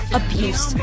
abuse